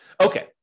Okay